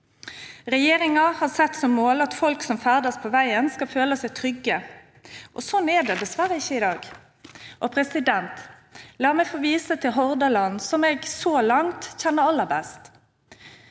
Regjeringen har satt som mål at folk som ferdes på veien, skal føle seg trygge. Sånn er det dessverre ikke i dag. La meg få vise til Hordaland, som jeg så langt kjenner aller best.